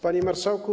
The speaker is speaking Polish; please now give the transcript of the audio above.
Panie Marszałku!